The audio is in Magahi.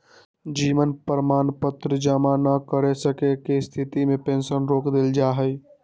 जीवन प्रमाण पत्र जमा न कर सक्केँ के स्थिति में पेंशन रोक देल जाइ छइ